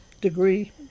degree